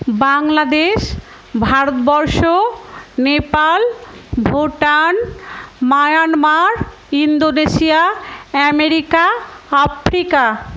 Bangladesh Bharatvarsha Nepal Bhutan Myanmar Indonesia America Africa